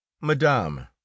madame